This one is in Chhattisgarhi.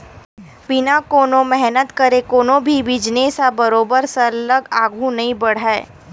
बिना कोनो मेहनत करे कोनो भी बिजनेस ह बरोबर सरलग आघु नइ बड़हय